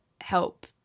help